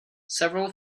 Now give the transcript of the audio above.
several